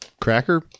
cracker